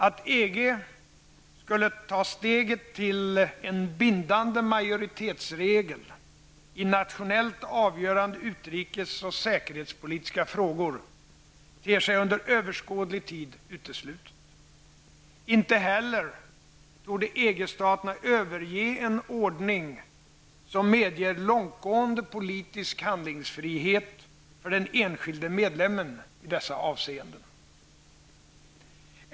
Att EG skulle ta steget till en bindande majoritetsregel i nationellt avgörande utrikes och säkerhetspolitiska frågor ter sig under överskådlig tid uteslutet. Inte heller torde EG-staterna överge en ordning som medger långtgående politisk handlingsfrihet för den enskilde medlemmen i dessa avseenden.